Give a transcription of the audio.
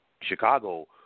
Chicago